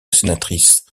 sénatrice